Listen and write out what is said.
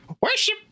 Worship